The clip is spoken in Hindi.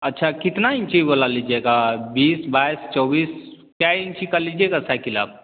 अच्छा कितना इंची वाला लीजिएगा बीस बाईस चौबीस कै इंची का लीजिएगा साइकिल आप